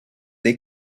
they